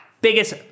biggest